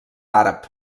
àrab